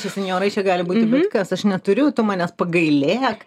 su senjorais čia gali būti bet kas aš neturiu tu manęs pagailėk